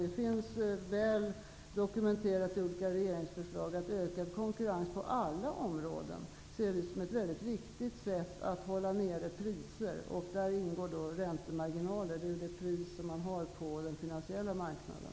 Det finns väl dokumenterat i olika regeringsförslag att vi ser ökad konkurrens på alla områden som ett viktigt sätt att hålla priserna nere. Däri ingår räntemarginaler, som är priset på den finansiella marknaden.